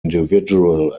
individual